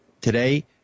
Today